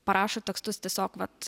parašo tekstus tiesiog vat